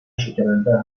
شکننده